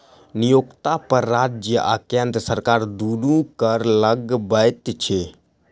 नियोक्ता पर राज्य आ केंद्र सरकार दुनू कर लगबैत अछि